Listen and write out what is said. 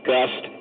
Gust